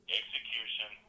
execution